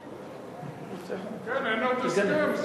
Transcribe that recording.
כן, אין עוד הסכם.